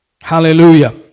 Hallelujah